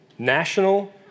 National